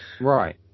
right